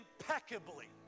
impeccably